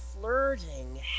flirting